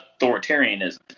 authoritarianism